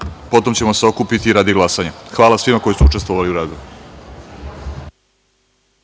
potom ćemo se okupiti radi glasanja. Hvala svima koji su učestvovali u